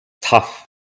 tough